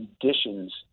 conditions